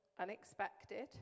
unexpected